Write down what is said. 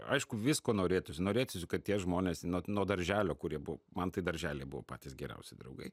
aišku visko norėtųsi norėti kad tie žmonės nuo nuo darželio kurie buvo man tai daržely buvo patys geriausi draugai